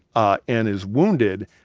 ah and is wounded,